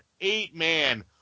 eight-man